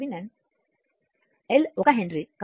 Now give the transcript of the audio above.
కాబట్టి τ L RThevenin L 1 henry